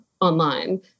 online